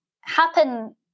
happen